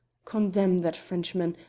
condemn that frenchman!